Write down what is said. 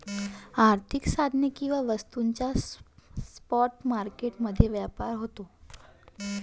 आर्थिक साधने किंवा वस्तूंचा स्पॉट मार्केट मध्ये व्यापार होतो